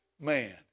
man